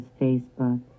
Facebook